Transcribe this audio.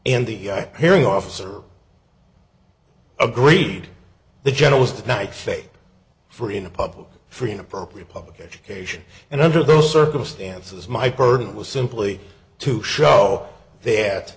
and the hearing officer agreed the generals tonight say for in a public free and appropriate public education and under those circumstances my burden was simply to show th